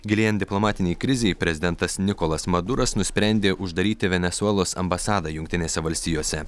gilėjant diplomatinei krizei prezidentas nikolas maduras nusprendė uždaryti venesuelos ambasadą jungtinėse valstijose